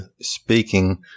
speaking